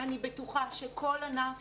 אני בטוחה שכל ענף